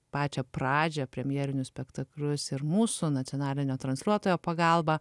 pačią pradžią premjerinius spektaklius ir mūsų nacionalinio transliuotojo pagalba